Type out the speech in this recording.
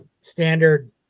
standard